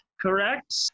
correct